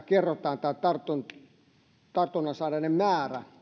kerrotaan tämä tartunnan saaneiden määrä